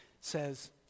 says